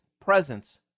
presence